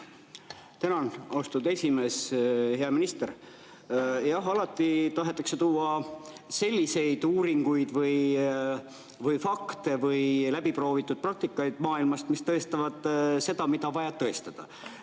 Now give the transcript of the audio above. Tänan, austatud esimees! Hea minister! Jah, alati tahetakse välja tuua selliseid uuringuid või fakte või läbiproovitud praktikaid maailmast, mis tõestavad seda, mida on vaja tõestada.